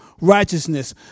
righteousness